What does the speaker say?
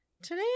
Today